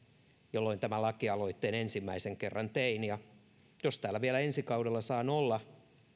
jolloin tämän lakialoitteen ensimmäisen kerran tein jos täällä vielä ensi kaudella saan olla